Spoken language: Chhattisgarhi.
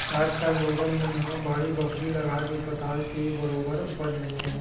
आज कल लोगन मन ह बाड़ी बखरी लगाके पताल के बरोबर उपज लेथे